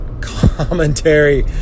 Commentary